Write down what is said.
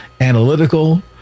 analytical